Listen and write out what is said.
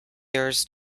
yours